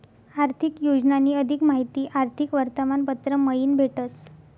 आर्थिक योजनानी अधिक माहिती आर्थिक वर्तमानपत्र मयीन भेटस